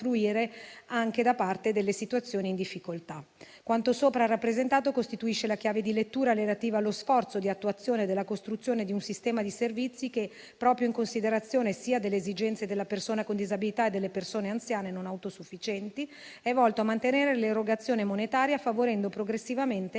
anche da parte delle situazioni in difficoltà. Quanto sopra rappresentato costituisce la chiave di lettura relativa allo sforzo di attuazione della costruzione di un sistema di servizi che, proprio in considerazione delle esigenze delle persone con disabilità e delle persone anziane non autosufficienti, è volto a mantenere l'erogazione monetaria, favorendo progressivamente,